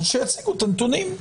שיציגו את הנתונים.